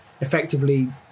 effectively